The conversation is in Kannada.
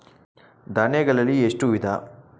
ಧಾನ್ಯಗಳಲ್ಲಿ ಎಷ್ಟು ವಿಧ?